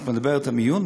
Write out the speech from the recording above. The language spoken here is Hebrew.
את מדברת על מיון?